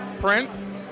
Prince